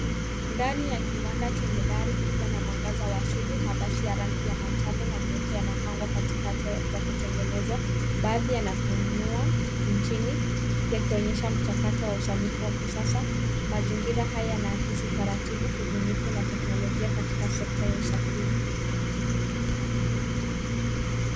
Ndani ya kiwanda chenye dari kubwa na mwangaza wa asili, mabasi ya rangi ya manjano na nyeupe yanapangwa katikati za kutengenezwa. Baadhi yanafunua nchini yakionyesha mchakato wa usanifu wa kisasa. Mazingira haya yanaakisi utaratibu na ubunifu wa teknolojia katika sekta ya usafiri.